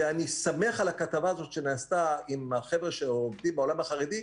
אני שמח על הכתבה שנעשתה עם החבר'ה שעובדים עם העולם החרדי,